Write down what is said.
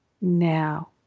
now